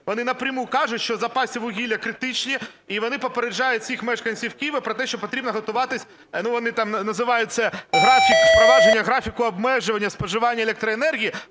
вони напряму кажуть, що запаси вугілля критичні і вони попереджають всіх мешканців Києва про те, що потрібно готуватись… Ну, вони там називаються це "впровадження графіку обмеження споживання електроенергії",